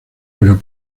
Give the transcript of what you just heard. pero